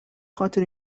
خاطر